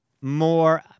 more